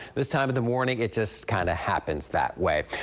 this time of the morning, it just kind of happens that way.